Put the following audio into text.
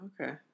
okay